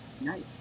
Nice